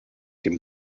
dem